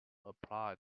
applied